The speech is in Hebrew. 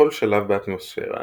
בכל שלב באטמוספירה